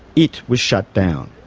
it was shut down.